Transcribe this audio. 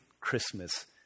Christmas